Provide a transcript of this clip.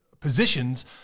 positions